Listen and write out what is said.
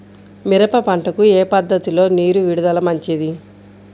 మిరప పంటకు ఏ పద్ధతిలో నీరు విడుదల మంచిది?